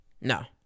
No